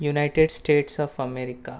United States of America